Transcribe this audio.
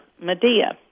Medea